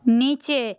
নিচে